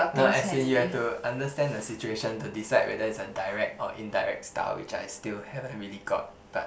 no as in you have to understand the situation to decide whether it's a direct or indirect style which I still haven't really got but